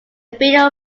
video